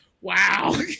Wow